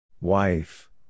Wife